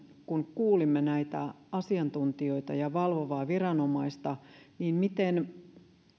kun tänään kuulimme asiantuntijoita ja valvovaa viranomaista miten